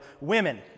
women